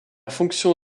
fonction